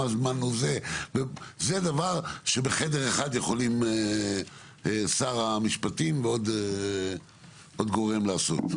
זה דבר שבחדר אחד יכולים שר המשפטים ועוד גורם לעשות.